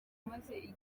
maze